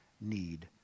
need